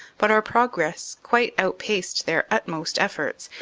but our progress quite outpaced their utmost efforts,